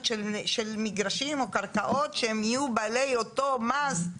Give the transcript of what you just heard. של מגרשים או קרקעות שהם יהיו בעלי אותו מס.